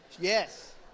Yes